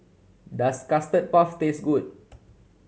does Custard Puff taste good